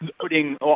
putting